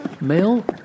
mail